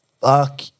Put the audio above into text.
fuck